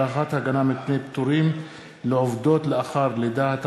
הארכת הגנה מפני פיטורים לעובדות לאחר לידה),